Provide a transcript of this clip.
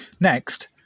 Next